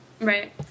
Right